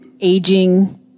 aging